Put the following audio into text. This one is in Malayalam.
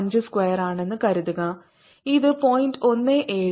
5 സ്ക്വയറാണെന്ന് കരുതുക ഇത് 0